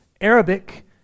Arabic